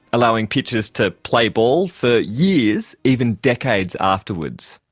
allowing pitchers to play ball for years, even decades afterwards.